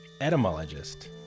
etymologist